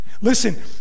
Listen